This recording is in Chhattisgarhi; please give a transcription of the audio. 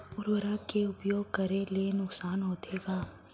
उर्वरक के उपयोग करे ले नुकसान होथे का?